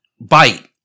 Bite